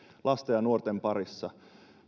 lasten ja nuorten parissa